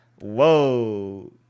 whoa